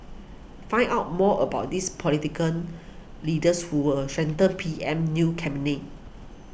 find out more about these leaders who'll strengthen PM's new cabinet